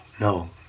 no